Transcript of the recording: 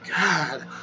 God